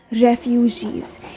refugees